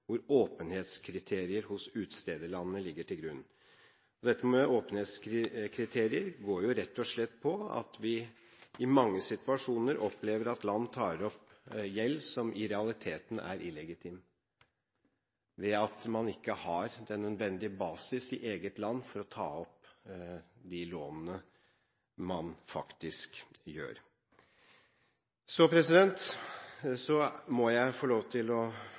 hvor åpenhetskriterier hos utstederlandene ligger til grunn. Dette med åpenhetskriterier går rett og slett på at vi i mange situasjoner opplever at land tar opp gjeld som i realiteten er illegitim, ved at man ikke har den nødvendige basis i eget land for å ta opp de lånene man faktisk gjør. Så må jeg få lov til å